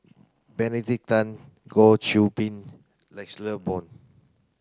Benedict Tan Goh Qiu Bin